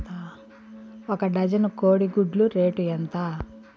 ఒక డజను కోడి గుడ్ల రేటు ఎంత?